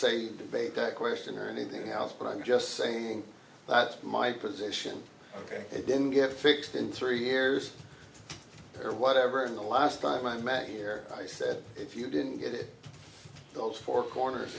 say debate that question or anything else but i'm just saying that's my position ok i didn't get fixed in three years or whatever and the last time i met here i said if you didn't get those four corners